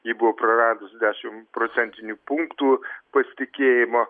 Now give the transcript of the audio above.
ji buvo praradus dešim procentinių punktų pasitikėjimo